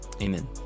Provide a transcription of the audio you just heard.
Amen